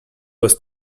was